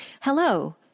Hello